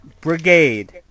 Brigade